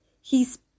He's